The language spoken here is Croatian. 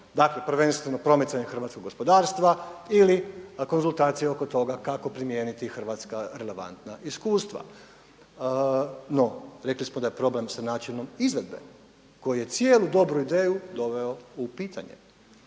Dakle, prvenstveno promicanje hrvatskog gospodarstva ili konzultacije oko toga kako primijeniti hrvatska relevantna iskustva. No, rekli smo da je problem sa načinom izvedbe koji je cijelu dobru ideju doveo u pitanje.